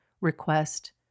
request